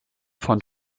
von